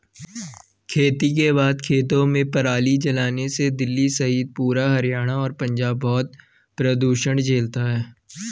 खेती के बाद खेतों में पराली जलाने से दिल्ली सहित पूरा हरियाणा और पंजाब बहुत प्रदूषण झेलता है